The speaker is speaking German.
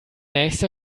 nächste